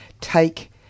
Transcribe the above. take